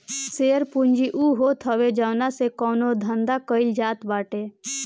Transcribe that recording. share पूंजी उ होत हवे जवना से कवनो धंधा कईल जात बाटे